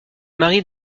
marie